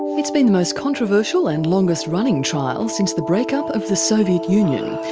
it's been the most controversial and longest running trials since the breakup of the soviet union.